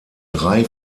drei